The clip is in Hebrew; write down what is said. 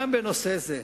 גם בנושא זה,